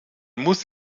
muss